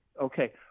Okay